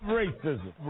racism